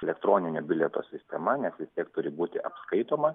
elektroninio bilieto sistema nes vis tiek turi būti apskaitoma